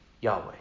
Yahweh